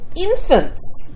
infants